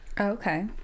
Okay